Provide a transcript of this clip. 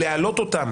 להעלות אותם